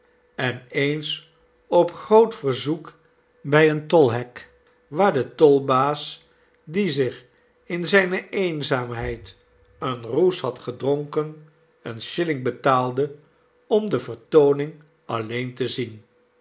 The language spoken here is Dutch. en eens op groot verzoek bij een tolhek waar de tolbaas die zich in zijne eenzaamheid een roes had gedronken een shilling betaalde om de vertooning alleen te zien